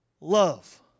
Love